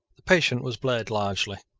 the patient was bled largely.